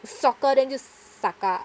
soccer then 就 soccer